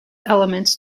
elements